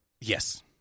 Yes